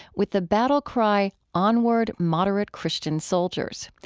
with the battle cry, onward, moderate christian soldiers.